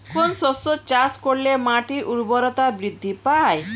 কোন শস্য চাষ করলে মাটির উর্বরতা বৃদ্ধি পায়?